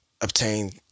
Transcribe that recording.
obtain